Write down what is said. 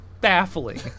baffling